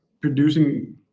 producing